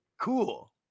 Cool